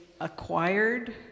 acquired